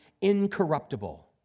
incorruptible